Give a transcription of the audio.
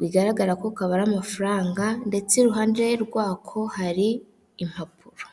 bigaragara ko kabara amafaranga ndetse iruhande rwako hari impapuro.